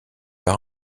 par